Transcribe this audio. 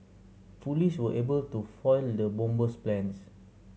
police were able to foil the bomber's plans